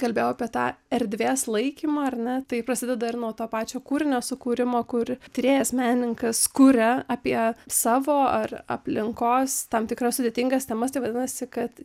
kalbėjau apie tą erdvės laikymą ar ne tai prasideda ir nuo to pačio kūrinio sukūrimo kur tyrėjas menininkas kuria apie savo ar aplinkos tam tikras sudėtingas temas tai vadinasi kad